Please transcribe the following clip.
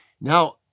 Now